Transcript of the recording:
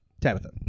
Tabitha